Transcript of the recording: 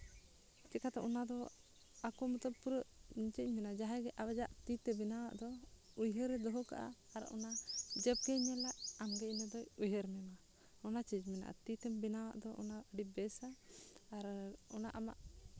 ᱪᱤᱠᱟᱹᱛᱮ ᱚᱱᱟᱫᱚ ᱟᱠᱚ ᱢᱟᱛᱚ ᱯᱩᱨᱟᱹ ᱪᱮᱫ ᱤᱧ ᱢᱮᱱᱟ ᱡᱟᱦᱟᱸᱭ ᱜᱮ ᱟᱭᱟᱜ ᱛᱤ ᱛᱮ ᱵᱮᱱᱟᱣᱟᱜ ᱫᱚ ᱩᱭᱦᱟᱹᱨ ᱨᱮ ᱫᱚᱦᱚ ᱠᱟᱜᱼᱟ ᱟᱨ ᱚᱱᱟ ᱡᱚᱵᱽ ᱜᱮᱭ ᱧᱮᱞᱟ ᱟᱢ ᱜᱮ ᱤᱱᱟᱹ ᱫᱚᱭ ᱩᱭᱦᱟᱹᱨ ᱢᱮᱢᱟ ᱚᱱᱟ ᱪᱤᱡᱽ ᱢᱮᱱᱟᱜᱼᱟ ᱛᱤ ᱛᱮ ᱵᱮᱱᱟᱣ ᱟᱜ ᱫᱚ ᱚᱱᱟ ᱟᱹᱰᱤ ᱵᱮᱥᱼᱟ ᱟᱨ ᱚᱱᱟ ᱟᱢᱟᱜ